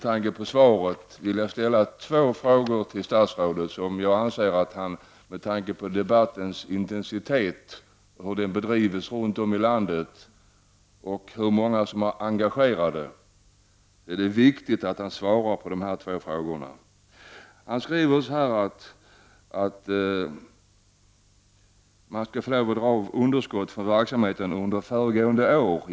Till sist vill jag ställa ett par frågor till statsrådet som det är viktigt att han svarar på med tanke på debattens intensitet och på hur många som är engagerade. Statsrådet skriver att avdrag från underskott från verksamheten skall få göras även för underskott som uppkommit föregående år.